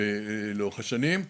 לאורך השנים.